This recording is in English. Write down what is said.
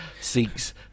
seeks